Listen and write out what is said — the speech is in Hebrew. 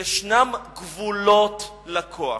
יש גבולות לכוח.